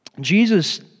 Jesus